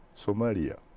Somalia